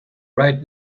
right